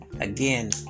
again